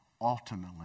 ultimately